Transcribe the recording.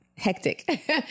Hectic